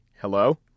Hello